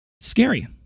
scary